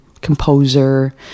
composer